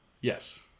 Yes